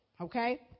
okay